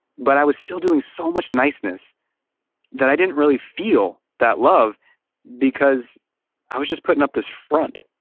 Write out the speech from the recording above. but i was still doing so much niceness that i didn't really feel that love because i was just putting up this front.